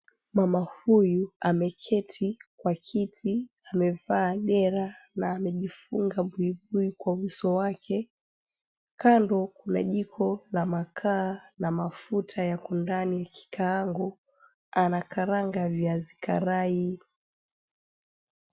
Mama huyu ameketi kwa kiti. Amevaa dera na amejifunga buibui kwa uso wake. Kando kuna jiko la makaa na mafuta yako ndani ya kikaango. Anakaranga viazi karai.